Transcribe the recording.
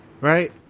right